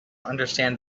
understand